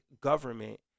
government